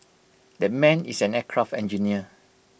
that man is an aircraft engineer